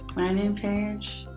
landing page.